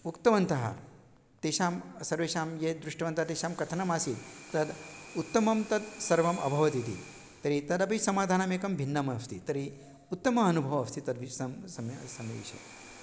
उक्तवन्तः तेषां सर्वेषां ये दृष्टवन्तः तेषां कथनमासीत् तद् उत्तमं तत् सर्वम् अभवत् इति तर्हि तदपि समाधानमेकं भिन्नम् अस्ति तर्हि उत्तमः अनुभवः अस्ति तद्विषयः सम्यक् सम्यक् विषये